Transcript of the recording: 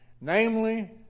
namely